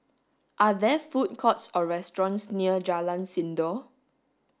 are there food courts or restaurants near Jalan Sindor